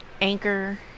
Anchor